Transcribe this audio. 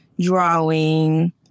drawing